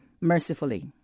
mercifully